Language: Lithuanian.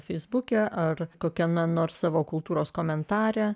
feisbuke ar kokiame nors savo kultūros komentare